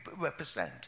represent